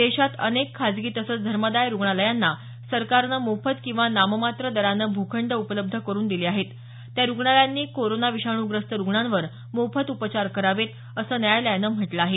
देशात अनेक खासगी तसंच धर्मदाय रुग्णालयांना सरकारनं मोफत किंवा नाममात्र दरानं भूखंड उपलब्ध करून दिलेले आहेत त्या रुग्णालयांनी कोरोना विषाणूग्रस्त रुग्णांवर मोफत उपचार करावेत असं न्यायालयानं म्हटलं आहे